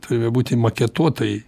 turime būti maketuotojai